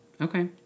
Okay